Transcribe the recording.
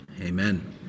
amen